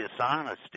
dishonesty